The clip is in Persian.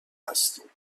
هستیم